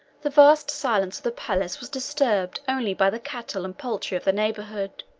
the vast silence of the palace was disturbed only by the cattle and poultry of the neighborhood,